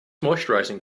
moisturising